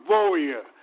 Warrior